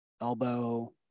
elbow